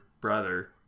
brother